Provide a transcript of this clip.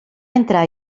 entrar